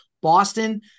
Boston –